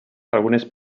algunes